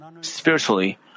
Spiritually